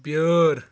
بیٲر